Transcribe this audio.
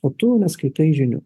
o tu neskaitai žinių